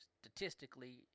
statistically